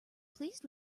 pleased